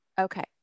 Okay